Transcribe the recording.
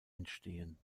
entstehen